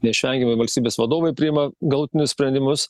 neišvengiamai valstybės vadovai priima galutinius sprendimus